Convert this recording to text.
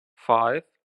five